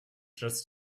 just